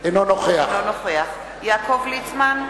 אינו נוכח יעקב ליצמן,